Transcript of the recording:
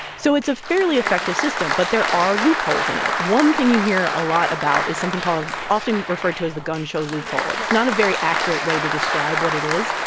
so it's a fairly effective system, but there are loopholes in it. one thing you hear a lot about is something called often referred to as the gun show loophole. it's not a very accurate way to describe what it is.